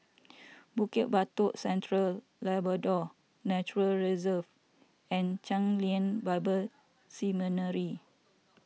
Bukit Batok Central Labrador Nature Reserve and Chen Lien Bible Seminary